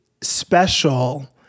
special